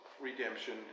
redemption